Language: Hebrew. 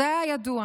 זה היה ידוע.